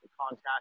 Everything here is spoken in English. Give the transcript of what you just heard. contact